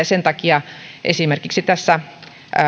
sen takia esimerkiksi tässä